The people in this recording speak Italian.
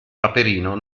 paperino